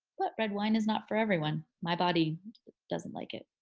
but red wine is not for everyone. my body doesn't like it.